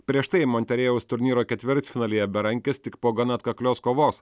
prieš tai moterėjeus turnyro ketvirtfinalyje berankis tik po gana atkaklios kovos